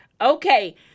Okay